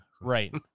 Right